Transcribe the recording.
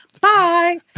Bye